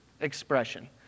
expression